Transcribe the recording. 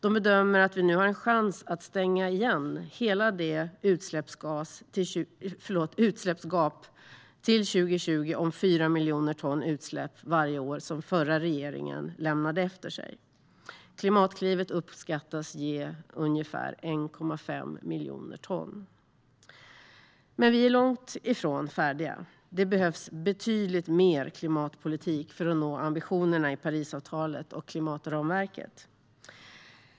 De bedömer att vi nu har en chans att stänga igen hela det utsläppsgap till 2020 om 4 miljoner ton utsläpp varje år som den förra regeringen lämnade efter sig. Klimatklivet uppskattas ge ungefär 1,5 miljoner ton. Men vi är långt ifrån färdiga. Det behövs betydligt mer klimatpolitik för att nå ambitionerna i Parisavtalet och klimatramverket.